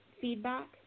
feedback